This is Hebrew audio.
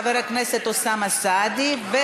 אני קובעת כי הצעת חוק העונשין (תיקון,